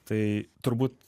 tai turbūt